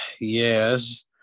yes